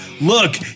Look